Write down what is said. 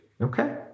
okay